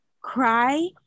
cry